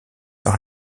par